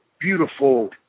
beautiful